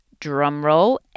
drumroll